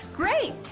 great,